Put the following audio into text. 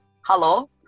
hello